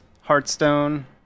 Hearthstone